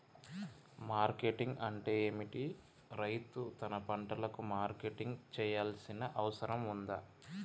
Marketing అంటే ఏమిటి? రైతు తన పంటలకు మార్కెటింగ్ చేయాల్సిన అవసరం ఉందా?